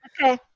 Okay